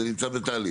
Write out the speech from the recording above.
זה נמצא בתהליך.